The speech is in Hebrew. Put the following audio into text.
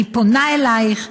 אני פונה אלייך,